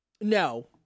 No